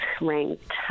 ranked